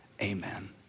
Amen